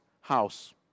house